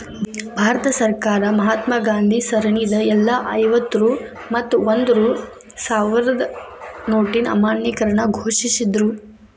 ಭಾರತ ಸರ್ಕಾರ ಮಹಾತ್ಮಾ ಗಾಂಧಿ ಸರಣಿದ್ ಎಲ್ಲಾ ಐವತ್ತ ರೂ ಮತ್ತ ಒಂದ್ ರೂ ಸಾವ್ರದ್ ನೋಟಿನ್ ಅಮಾನ್ಯೇಕರಣ ಘೋಷಿಸಿದ್ರು